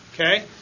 Okay